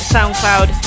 Soundcloud